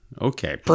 Okay